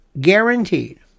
guaranteed